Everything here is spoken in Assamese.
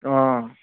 অঁ